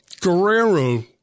Guerrero